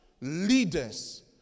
leaders